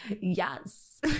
yes